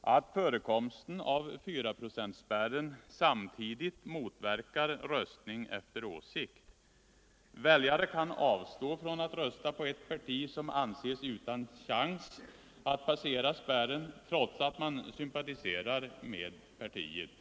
att förekomsten av 4-procentsspärren samtidigt motverkar röstning efter åsikt. Väljare kan avstå från att rösta på ett parti som anses utan chans att passera spärren, trots att man sympatiserar med partiet.